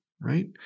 right